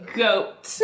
goat